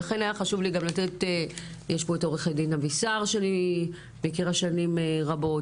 יש פה את עו"ד אבישר שאני מכירה שנים רבות.